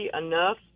enough